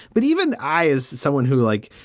but even i as someone who, like,